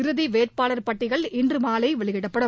இறுதி வேட்பாளர் பட்டியல் இன்று மாலை வெளியிடப்படும்